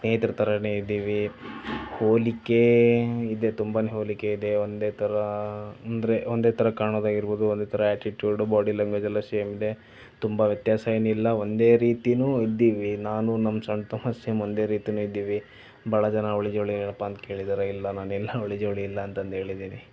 ಸ್ನೇಹಿತರ ಥರನೇ ಇದ್ದೀವಿ ಹೋಲಿಕೆ ಇದೆ ತುಂಬನೇ ಹೋಲಿಕೆ ಇದೆ ಒಂದೇ ಥರ ಅಂದರೆ ಒಂದೇ ಥರ ಕಾಣೋದಾಗಿರ್ಬೋದು ಒಂದೇ ಥರ ಆ್ಯಟಿಟ್ಯೂಡ್ ಬಾಡಿ ಲ್ಯಾಂಗ್ವೇಜ್ ಎಲ್ಲ ಸೇಮ್ ಇದೆ ತುಂಬ ವ್ಯತ್ಯಾಸ ಏನಿಲ್ಲ ಒಂದೇ ರೀತಿಯೂ ಇದ್ದೀವಿ ನಾನು ನನ್ನ ಸಣ್ಣ ತಮ್ಮ ಸೇಮ್ ಒಂದೇ ರೀತಿಯೇ ಇದ್ದೀವಿ ಭಾಳ ಜನ ಅವಳಿಜವಳಿನಪ್ಪ ಅಂತ ಕೇಳಿದ್ದಾರೆ ಇಲ್ಲ ನಾನು ಇಲ್ಲ ಅವಳಿಜವಳಿ ಇಲ್ಲ ಅಂತಂದು ಹೇಳಿದ್ದೀನಿ